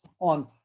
on